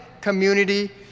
community